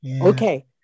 Okay